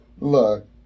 Look